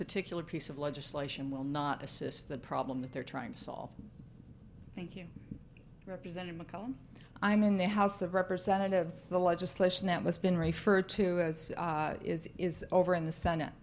particular piece of legislation will not assist the problem that they're trying to solve thank you represented michael i'm in the house of representatives the legislation that was been referred to as is is over in the senat